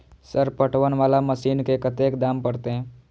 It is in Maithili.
सर पटवन वाला मशीन के कतेक दाम परतें?